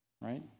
right